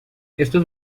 estas